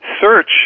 search